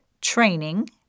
training